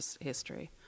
history